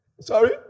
Sorry